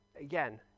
again